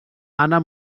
anna